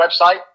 website